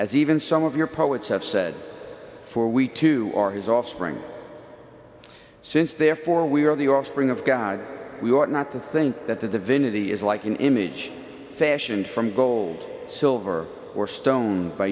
as even some of your poets have said for we too are his offspring since therefore we are the offspring of god we ought not to think that the divinity is like an image fashioned from gold silver or stone by